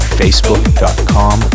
facebook.com